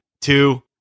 two